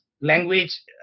language